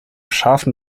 scharfen